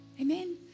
Amen